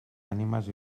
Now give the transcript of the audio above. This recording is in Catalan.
ànimes